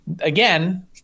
again